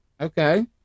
Okay